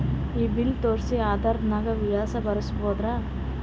ಈ ಬಿಲ್ ತೋಸ್ರಿ ಆಧಾರ ನಾಗ ವಿಳಾಸ ಬರಸಬೋದರ?